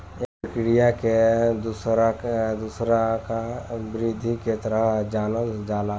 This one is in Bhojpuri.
ए प्रक्रिया के दुसरका वृद्धि के तरह जानल जाला